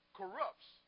corrupts